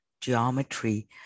geometry